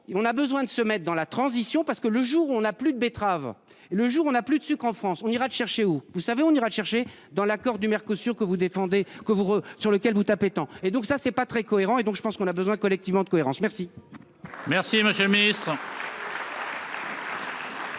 on a besoin de se mettre dans la transition parce que le jour où on a plus de betteraves. Le jour où on a plus de sucre en France, on ira chercher où vous savez on ira le chercher dans l'accord du Mercosur que vous défendez que vous sur lequel vous tapez temps et donc ça c'est pas très cohérent et donc je pense qu'on a besoin, collectivement, de cohérence, merci.